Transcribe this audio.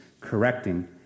correcting